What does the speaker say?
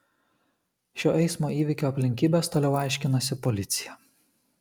šio eismo įvykio aplinkybes toliau aiškinasi policija